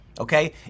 Okay